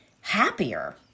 happier